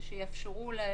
כלומר,